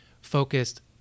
focused